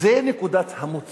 זאת צריכה להיות נקודת המוצא.